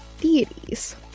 deities